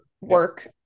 work